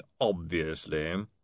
obviously